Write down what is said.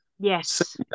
Yes